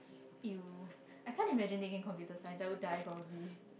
(ew) I can't imagine taking computer science I would die probably